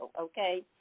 okay